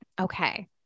Okay